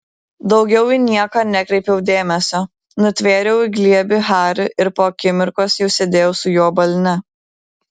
daugiau į nieką nekreipiau dėmesio nutvėriau į glėbį harį ir po akimirkos jau sėdėjau su juo balne